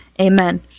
Amen